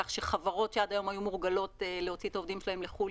כך שחברות שעד היום היו מורגלות להוציא את העובדים שלהן לחו"ל,